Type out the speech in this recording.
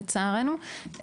לצערנו,